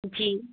जी